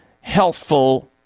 healthful